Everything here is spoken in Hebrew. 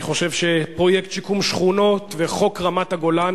אני חושב שפרויקט שיקום שכונות וחוק רמת-הגולן